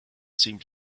seemed